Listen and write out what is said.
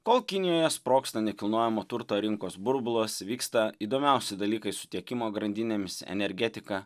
kol kinijoje sprogsta nekilnojamo turto rinkos burbulas vyksta įdomiausi dalykai su tiekimo grandinėmis energetika